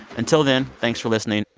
until then, thanks for listening,